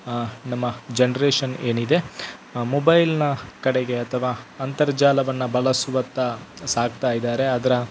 ನಮ್ಮ ಜನ್ರೇಷನ್ ಏನಿದೆ ಮೊಬೈಲಿನ ಕಡೆಗೆ ಅಥವಾ ಅಂತರ್ಜಾಲವನ್ನು ಬಳಸುವತ್ತ ಸಾಗ್ತಾಯಿದ್ದಾರೆ ಅದರ